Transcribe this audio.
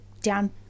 down